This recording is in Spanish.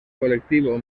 colectivo